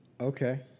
Okay